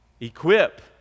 Equip